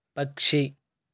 పక్షి